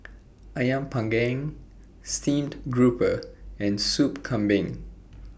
Ayam Panggang Steamed Grouper and Sup Kambing